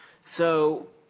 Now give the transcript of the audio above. so,